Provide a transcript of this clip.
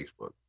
Facebook